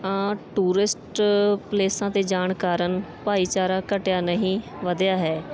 tourist ਪਲੇਸਾਂ 'ਤੇ ਜਾਣ ਕਾਰਨ ਭਾਈਚਾਰਾ ਘਟਿਆ ਨਹੀਂ ਵਧਿਆ ਹੈ